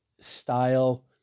style